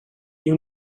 you